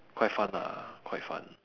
quite fun ah quite fun